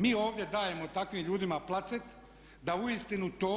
Mi ovdje dajemo takvim ljudima placet da uistinu to